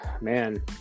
Man